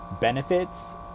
benefits